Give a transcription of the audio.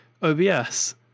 OBS